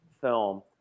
film